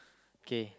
kay